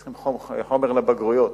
צריכים חומר לבגרויות.